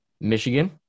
Michigan